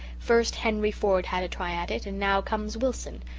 first henry ford had a try at it and now comes wilson.